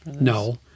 No